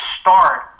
start